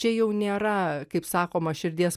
čia jau nėra kaip sakoma širdies